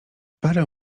parę